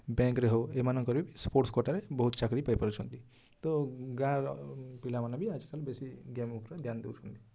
ବ୍ୟାଙ୍କରେ ହେଉ ଏମାନଙ୍କର ବି ସ୍ପୋର୍ଟସ୍ କୋଟାରେ ବହୁତ୍ ଚାକିରୀ ପାଇପାରୁଛନ୍ତି ତ ଗାଁ'ର ପିଲାମାନେ ବି ଆଜିକାଲି ବେଶୀ ଗେମ୍ ଉପରେ ଧ୍ୟାନ ଦେଉଛନ୍ତି